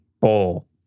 bowl